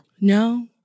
no